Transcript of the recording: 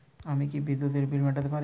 আমি কি বিদ্যুতের বিল মেটাতে পারি?